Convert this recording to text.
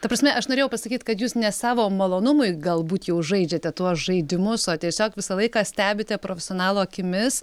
ta prasme aš norėjau pasakyt kad jūs ne savo malonumui galbūt jau žaidžiate tuos žaidimus o tiesiog visą laiką stebite profesionalo akimis